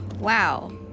Wow